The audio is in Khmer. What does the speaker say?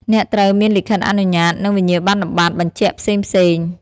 អ្នកត្រូវមានលិខិតអនុញ្ញាត និងវិញ្ញាបនបត្របញ្ជាក់ផ្សេងៗ។